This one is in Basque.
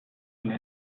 ala